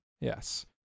Yes